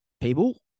people